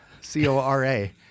C-O-R-A